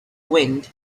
wind